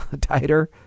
tighter